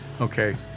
Okay